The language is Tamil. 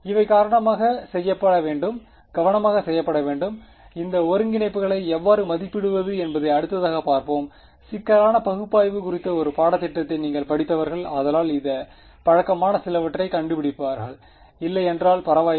இவை கவனமாக செய்யப்பட வேண்டும் இந்த ஒருங்கிணைப்புகளை எவ்வாறு மதிப்பிடுவது என்பதை அடுத்ததாக பார்ப்போம் சிக்கலான பகுப்பாய்வு குறித்த ஒரு பாடத்திட்டத்தை நீங்கள் படித்தவர்கள் ஆதலால் இந்த பழக்கமான சிலவற்றைக் கண்டுபிடிப்பார்கள் இல்லையென்றால் பரவாயில்லை